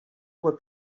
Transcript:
voie